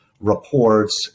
reports